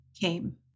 came